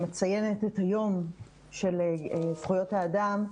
שמציינת את היום של זכויות האדם,